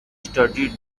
studied